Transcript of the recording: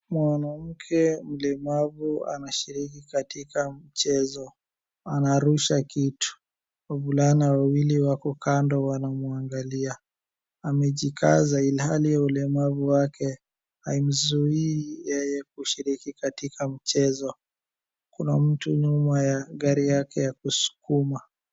Mwanamke mlemavu anashiriki katika mchezo, anarusha kitu, wavulana wawili wako kando wanamwangalia, amejikaza ilhali ulemavu wake haimzuui yeye kushiriki katika mchezo, kuna mtu nyuma ya gari yake ya kusukuma.